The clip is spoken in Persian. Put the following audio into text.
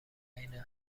عین